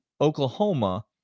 Oklahoma